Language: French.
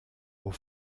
aux